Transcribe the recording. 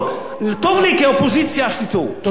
טוב לי כאופוזיציה שתטעו, תודה רבה.